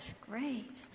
Great